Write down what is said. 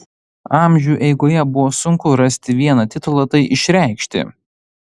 amžių eigoje buvo sunku rasti vieną titulą tai išreikšti